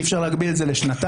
אפשר להגביל את זה לשנתיים.